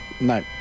No